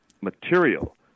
material